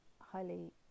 highly